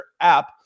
app